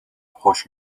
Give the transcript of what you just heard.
hoş